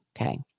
Okay